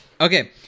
Okay